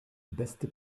beste